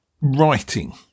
writing